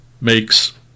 makes